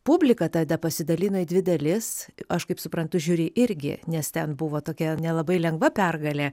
publika tada pasidalino į dvi dalis aš kaip suprantu žiuri irgi nes ten buvo tokia nelabai lengva pergalė